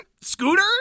scooter